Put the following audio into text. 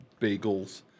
Bagels